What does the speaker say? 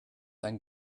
ein